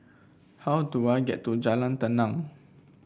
how do I get to Jalan Tenang